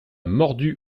mordu